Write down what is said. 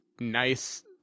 nice